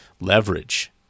leverage